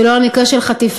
ולא על מקרה של חטיפה,